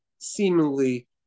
seemingly